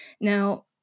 now